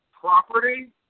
property